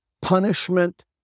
punishment